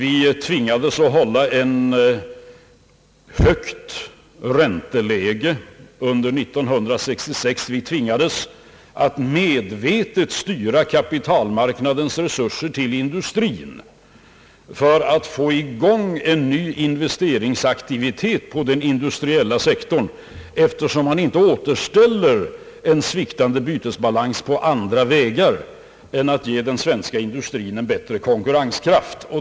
Vi tvingades hålla ett högt ränteläge under 1966, och vi tvingades att medvetet styra kapitalmarknadens resurser till industrin för att få i gång en ny investeringsaktivitet på den industriella sektorn; en sviktande bytesbalans kan inte återställas på annat sätt än genom att man ger industrin bättre konkurrenskraft.